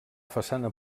façana